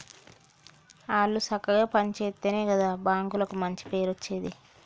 ఆళ్లు సక్కగ పని జేత్తెనే గదా బాంకులకు మంచి పేరచ్చేది